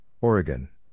Oregon